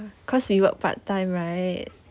cause we work part-time right